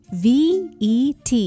vet